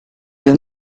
due